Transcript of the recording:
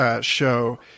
show